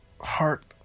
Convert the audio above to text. heart